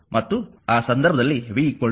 ಮತ್ತು ಆ ಸಂದರ್ಭದಲ್ಲಿ v 0